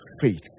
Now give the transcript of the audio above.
faith